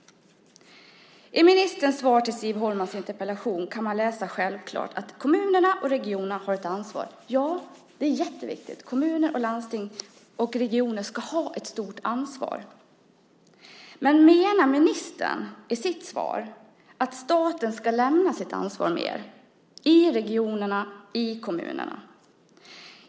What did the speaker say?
I ministerns svar på Siv Holmas interpellation kan man självklart läsa att kommunerna och regionerna har ett ansvar. Ja, det är jätteviktigt. Kommuner och landsting och regioner ska ha ett stort ansvar. Men menar ministern i sitt svar att staten mer ska lämna sitt ansvar i regionerna, i kommunerna?